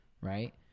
right